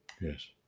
Yes